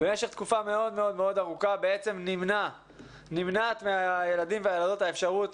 במשך תקופה מאוד מאוד ארוכה נמנעת מהילדים והילדות האפשרות